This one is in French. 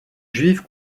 juifs